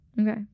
Okay